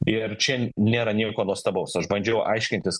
ir čia nėra nieko nuostabaus aš bandžiau aiškintis